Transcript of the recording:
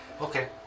Okay